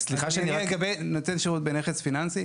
לגבי נותן שירות בנכס פיננסי,